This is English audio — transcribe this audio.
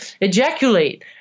ejaculate